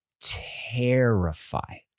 terrified